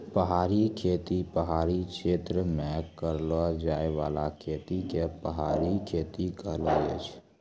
पहाड़ी खेती पहाड़ी क्षेत्र मे करलो जाय बाला खेती के पहाड़ी खेती कहलो जाय छै